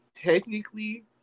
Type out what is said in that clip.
technically